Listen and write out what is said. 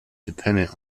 dependent